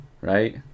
Right